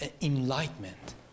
enlightenment